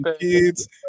kids